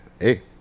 hey